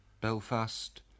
Belfast